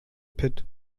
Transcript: pit